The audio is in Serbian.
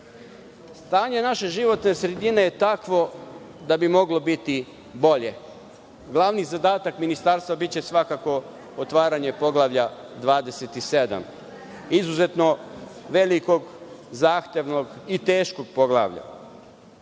Stanje naše životne sredine je takvo da bi moglo biti bolje. Glavni zadatak ministarstva biće svakako otvaranje Poglavlja 27, izuzetno velikog, zahtevnog i teškog poglavlja.